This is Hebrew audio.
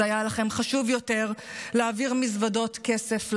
אז היה לכם חשוב יותר להעביר מזוודות כסף לחמאס,